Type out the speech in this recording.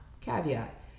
caveat